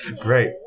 great